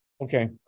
Okay